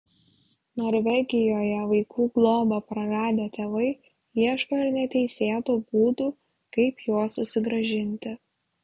norvegijoje vaikų globą praradę tėvai ieško ir neteisėtų būdų kaip juos susigrąžinti